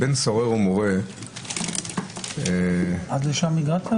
בן סורר ומורה --- עד לשם הגעת?